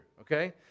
okay